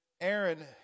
Aaron